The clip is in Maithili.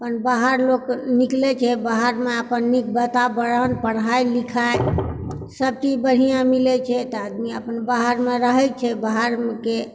अपन बाहर लोक निकलैत छै बाहरमे अपन नीक वातावरण पढ़ाइ लिखाइसभ चीज बढ़िआँ मिलैत छै तऽ आदमी अपन बाहरमऽ रहैत छै बाहर के